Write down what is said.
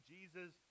Jesus